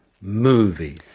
movie